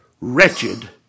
wretched